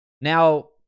Now